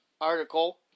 article